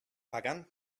pagant